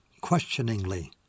questioningly